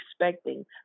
expecting